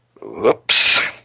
Whoops